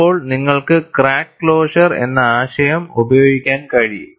അപ്പോൾ നിങ്ങൾക്ക് crack closure എന്ന ആശയം ഉപയോഗിക്കാൻ കഴിയും